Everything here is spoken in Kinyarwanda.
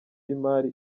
y’imari